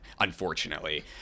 unfortunately